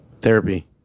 Therapy